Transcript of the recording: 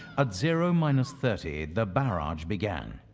at zero minus thirty, the barrage began.